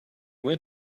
went